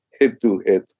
head-to-head